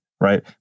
right